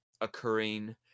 occurring